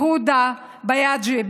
יהודה ביאדגה,